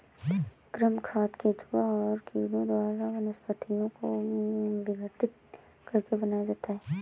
कृमि खाद केंचुआ और कीड़ों द्वारा वनस्पतियों को विघटित करके बनाया जाता है